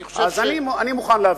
אני מכבד את זכותם,